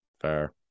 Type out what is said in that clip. Fair